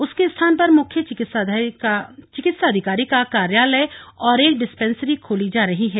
उसके स्थान पर मुख्य चिकित्साधिकारी का कार्यालय और एक डिस्पेंसरी खोली जा रही है